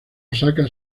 osaka